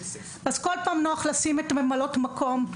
אז כל פעם נוח לשים את הממלאות מקום,